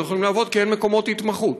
לא יכולים לעבוד כי אין מקומות התמחות.